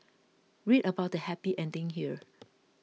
read about the happy ending here